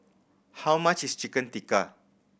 how much is Chicken Tikka